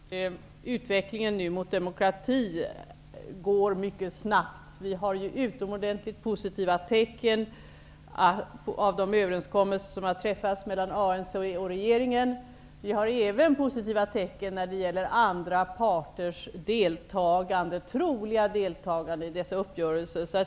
Herr talman! Min förhoppning är att utvecklingen mot demokrati nu går mycket snabbt. Vi har utomordentligt positiva tecken av de överenskommelser som har träffats mellan ANC och den sydafrikanska regeringen. Vi ser även positiva tecken när det gäller andra parters troliga deltagande i dessa uppgörelser.